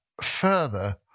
further